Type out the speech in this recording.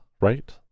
right